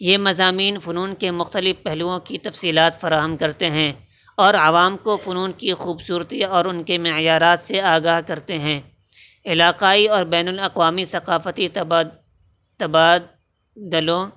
یہ مضامین فنون کے مختلف پہلوؤں کی تفصیلات فراہم کرتے ہیں اور عوام کو فنون کی خوبصورتی اور ان کے معیارات سے آگاہ کرتے ہیں علاقائی اور بین الاقوامی ثقافتی تبادلوں